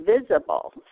visible